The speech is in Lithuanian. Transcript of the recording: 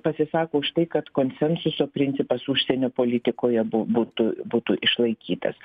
pasisako už tai kad konsensuso principas užsienio politikoje bu būtų būtų išlaikytas